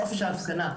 חופש ההפגנה.